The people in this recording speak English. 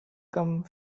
come